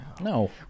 no